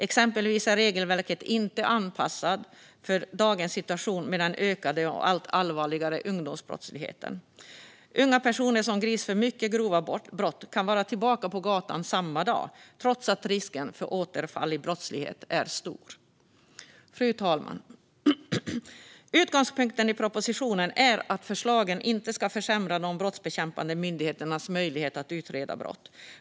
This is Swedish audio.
Exempelvis är regelverket inte anpassat för dagens situation med den ökande och allt allvarligare ungdomsbrottsligheten. Unga personer som grips för mycket grova brott kan vara tillbaka på gatan redan samma dag - trots att risken för återfall i brottslighet är stor. Fru talman! Utgångspunkten i propositionen är att förslagen inte ska försämra de brottsbekämpande myndigheternas möjlighet att utreda brott.